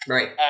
Right